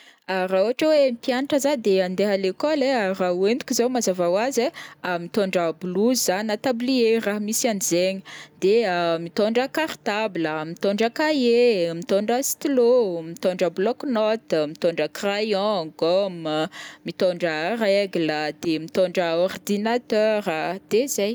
Ah raha ohatra hoe mpianatra zah de andeha à l'école ai, raha ihoentiko zao mazava ho azy ai: mitondra blouse zah na tablier raha misy an'izaigny, de mitondra cartable a, mitondra cahiers, mitondra stylos, mitondra block note, mitondra crayons, gomme, mitondra règle a, de mitondra ordinateur a, de zay.